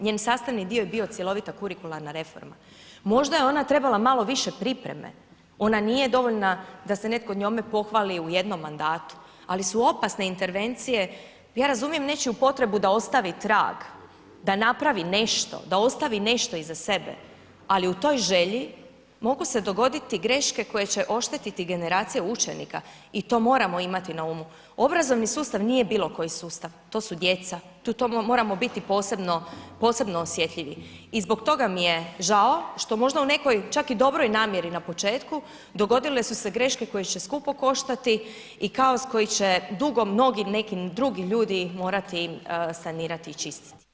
Njen sastavni dio je bio cjelovita kurikularna reforma, možda je ona trebala malo više pripreme, ona nije dovoljna da se netko njome pohvali u jednom mandatu, ali su opasne intervencije, ja razumijem nečiju potrebu da ostavi trag, da napravi nešto, da ostavi nešto iza sebe, ali u toj želji mogu se dogoditi greške koje će oštetiti generacije učenika i to moramo imati na umu, obrazovni sustav nije bilo koji sustav, to su djeca, tu moramo biti posebno, posebno osjetljivi i zbog toga mi je žao što možda u nekom čak i dobroj namjeri na početku dogodile su se greške koje će skupo koštati i kaos koji će dugo mnogi neki drugi ljudi morati sanirati i čistiti.